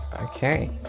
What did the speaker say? Okay